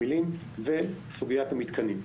וסוגיית המתקנים.